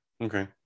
okay